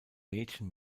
mädchen